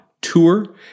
tour